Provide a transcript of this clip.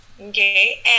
Okay